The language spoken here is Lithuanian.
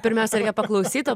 pirmiausia reikia paklausyt o